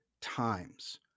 times